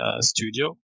studio